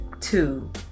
two